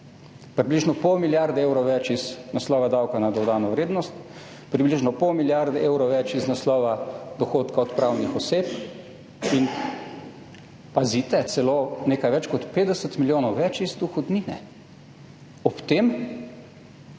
Približno pol milijarde evrov več iz naslova davka na dodano vrednost, približno pol milijarde evrov več iz naslova dohodka od pravnih oseb in, pazite, celo nekaj več kot 50 milijonov več iz dohodnine. Ob tem,